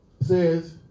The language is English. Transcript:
says